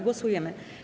Głosujemy.